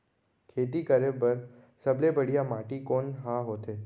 खेती करे बर सबले बढ़िया माटी कोन हा होथे?